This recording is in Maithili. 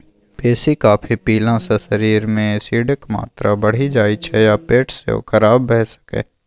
बेसी कॉफी पीला सँ शरीर मे एसिडक मात्रा बढ़ि जाइ छै आ पेट सेहो खराब भ सकैए